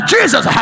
Jesus